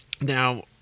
now